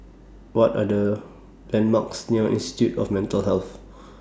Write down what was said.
What Are The landmarks near Institute of Mental Health